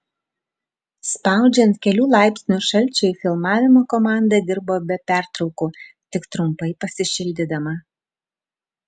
spaudžiant kelių laipsnių šalčiui filmavimo komanda dirbo be pertraukų tik trumpai pasišildydama